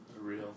real